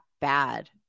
bad